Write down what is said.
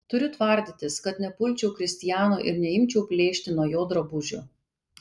turiu tvardytis kad nepulčiau kristiano ir neimčiau plėšti nuo jo drabužių